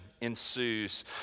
ensues